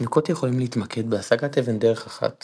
תינוקות יכולים להתמקד בהשגת אבן דרך אחת